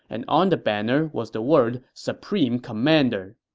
and on the banner was the word supreme commander.